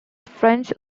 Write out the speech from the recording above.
french